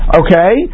okay